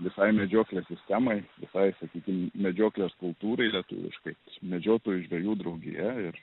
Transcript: visai medžioklės sistemai tai sakykim medžioklės kultūrai lietuviškai medžiotojų žvejų draugija ir